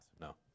No